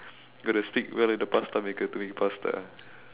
got the speak well with the pasta maker to make pasta